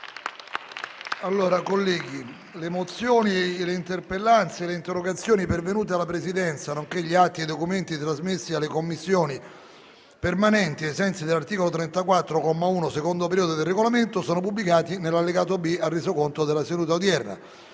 nuova finestra"). Le mozioni, le interpellanze e le interrogazioni pervenute alla Presidenza, nonché gli atti e i documenti trasmessi alle Commissioni permanenti ai sensi dell'articolo 34, comma 1, secondo periodo, del Regolamento sono pubblicati nell'allegato B al Resoconto della seduta odierna.